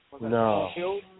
No